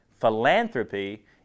Philanthropy